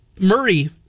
Murray